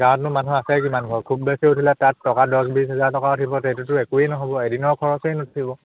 গাঁৱতনো মানুহ আছে কিমানঘৰ খুব বেছি উঠিলে তাত টকা দহ বিছ হাজাৰ টকা উঠিব সেইটোতো একোৱেই নহ'ব এদিনৰ খৰচেই নুঠিব